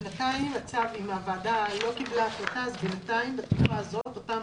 אם הוועדה לא קיבלה החלטה, בינתיים אותם